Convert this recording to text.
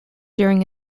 during